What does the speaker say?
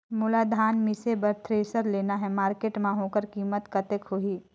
मोला धान मिसे बर थ्रेसर लेना हे मार्केट मां होकर कीमत कतेक होही?